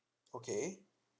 okay